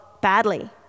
badly